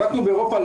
בדקנו באירופה,